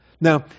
Now